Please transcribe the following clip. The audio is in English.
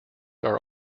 are